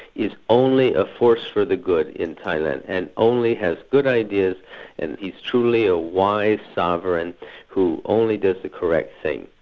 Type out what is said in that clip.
is only a force for the good in thailand, and only has good ideas and he's truly a wise sovereign who only does the correct thing.